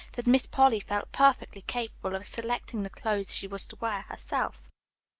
that miss polly felt perfectly capable of selecting the clothing she was to wear herself.